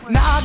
Now